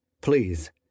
Please